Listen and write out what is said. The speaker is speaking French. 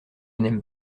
n’aime